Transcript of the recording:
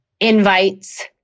invites